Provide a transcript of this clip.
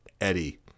Eddie